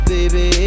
Baby